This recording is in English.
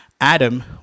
Adam